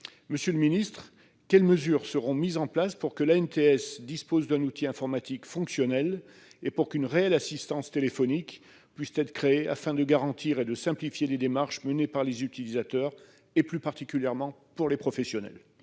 Monsieur le secrétaire d'État, quelles mesures seront mises en place pour que l'ANTS dispose d'un outil informatique fonctionnel et pour qu'une réelle assistance téléphonique puisse être créée, afin de garantir et de simplifier les démarches menées par les utilisateurs, plus particulièrement pour les professionnels ?